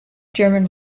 german